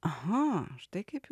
aha štai kaip